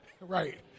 Right